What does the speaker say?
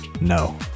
No